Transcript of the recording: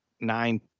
nine